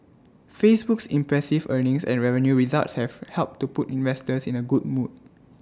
Facebook's impressive earnings and revenue results have helped to put investors in A good mood